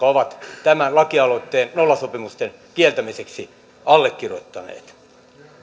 ovat tämän lakialoitteen nollasopimusten kieltämiseksi allekirjoittaneet